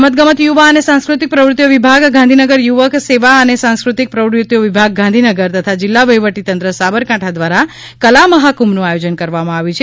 કલા મહાકુંભ રમતગમતયુવા અને સાંસ્કુતિક પ્રવુતિઓ વિભાગ ગાંધીનગરયુવક સેવા અને સાંસ્ક્રુતિક પ્રવુતિઓ વિભાગ ગાંધીનગર તથા જિલ્લા વહિવટી તંત્ર સાબરકાંઠા દ્વારા કલા મહાકુંભ નું આયોજન કરવામાં આવ્યું છે